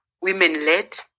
women-led